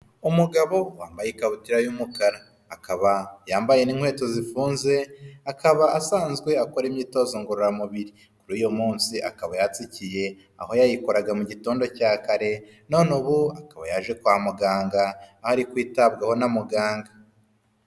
Umugabo wambaye ikabutura y'umukara, akaba yambaye n'inkweto zifunze, akaba asanzwe akora imyitozo ngororamubiri, kuri uyu munsi akaba yatsikiye, aho yayikoraga mu gitondo cya kare, none ubu akaba yaje kwa muganga, aho ari kwitabwaho na muganga.